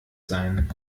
sein